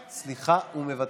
היא נוכחת, סליחה, מוותרת,